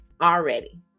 already